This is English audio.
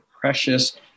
precious